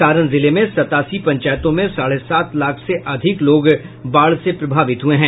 सारण जिले में सतासी पंचायतों में साढ़े सात लाख से अधिक लोग बाढ़ से प्रभावित हुये हैं